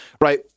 right